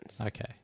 Okay